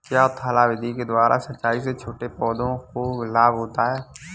क्या थाला विधि के द्वारा सिंचाई से छोटे पौधों को लाभ होता है?